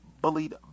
bullied